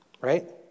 right